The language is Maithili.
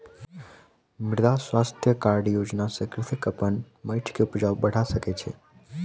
मृदा स्वास्थ्य कार्ड योजना सॅ कृषक अपन माइट के उपज बढ़ा सकै छै